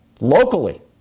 Locally